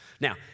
Now